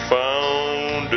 found